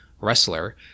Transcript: wrestler